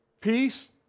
Peace